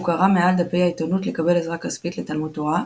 הוא קרא מעל דפי העיתונות לקבל עזרה כספית לתלמוד תורה,